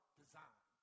design